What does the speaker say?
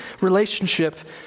relationship